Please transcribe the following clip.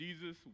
Jesus